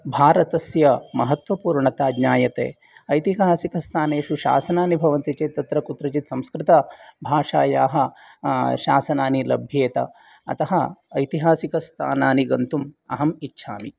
भारतस्य महत्त्वपूर्णता ज्ञायते ऐतिहासिकस्थानेषु शासनानि भवन्ति चेत् तत्र कुत्रचित् संस्कृत भाषायाः शासनानि लभ्येत अतः ऐतिहासिकस्थानानि गन्तुम् अहम् इच्छामि